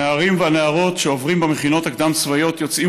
הנערים והנערות שעוברים במכינות הקדם-צבאיות יוצאים